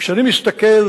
כשאני מסתכל,